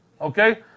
Okay